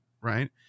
right